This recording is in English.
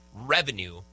revenue